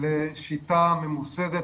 לשיטה ממוסדת,